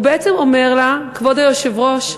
הוא בעצם אומר לה, כבוד היושב-ראש,